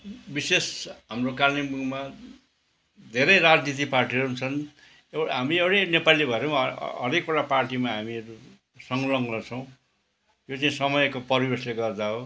विशेष हाम्रो कालिम्पोङमा धेरै राजनीति पार्टीहरू पनि छन् एउ हामी एउटै नेपाली भएर हरेकवटा पार्टीमा हामीहरू संलग्न छौँ यो चाहिँ समयको परिवेशले गर्दा हो